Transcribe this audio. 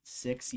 six